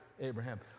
Abraham